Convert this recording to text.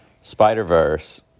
Spider-Verse